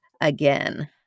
again